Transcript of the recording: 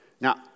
Now